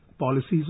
policies